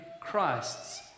Christ's